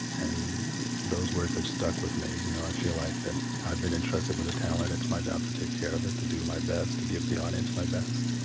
and those words have stuck with me, you know. i feel like that i've been entrusted with a talent it's my job to take care of it, to do my best, to give the audience my best.